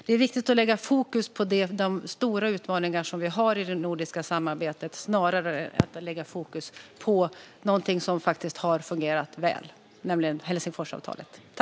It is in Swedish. Det är viktigt att lägga fokus på de stora utmaningar som vi har i det nordiska samarbetet snarare än att lägga fokus på någonting som faktiskt har fungerat väl, nämligen Helsingforsavtalet.